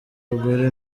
abagore